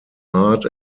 art